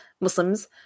Muslims